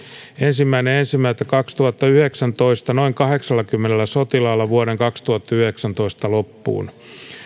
ensimmäinen ensimmäistä kaksituhattayhdeksäntoista noin kahdeksallakymmenellä sotilaalla vuoden kaksituhattayhdeksäntoista loppuun